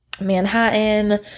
Manhattan